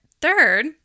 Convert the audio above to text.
third